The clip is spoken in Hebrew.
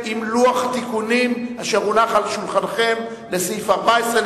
עם לוח התיקונים לסעיף 14,